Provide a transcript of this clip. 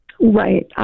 Right